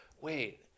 wait